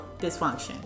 dysfunction